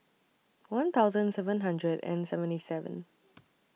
one thousand seven hundred and seventy seven